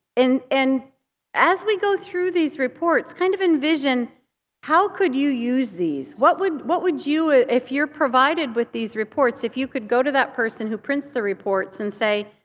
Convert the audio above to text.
and and as we go through these reports, kind of envision how could you use these? what would what would you, if you're provided with these reports, if you could go to that person who prints the reports and say,